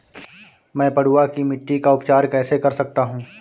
मैं पडुआ की मिट्टी का उपचार कैसे कर सकता हूँ?